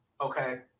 okay